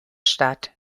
statt